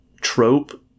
trope